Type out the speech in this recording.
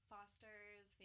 Foster's